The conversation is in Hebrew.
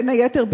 בין היתר,